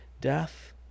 Death